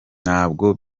ntabwo